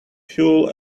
fuel